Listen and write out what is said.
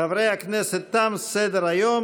חברי הכנסת, בעד החוק, עשרה,